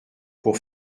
pour